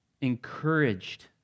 encouraged